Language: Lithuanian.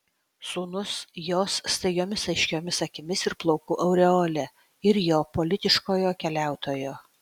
sūnus jos staigiomis aiškiomis akimis ir plaukų aureole ir jo politiškojo keliautojo